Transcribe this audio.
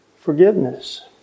forgiveness